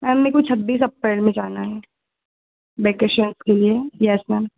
ma'am मेको छब्बीस April में जाना है के लिए एस मैम